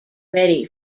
ready